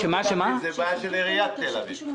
זה בעיה של עיריית תל אביב.